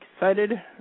Excited